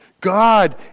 God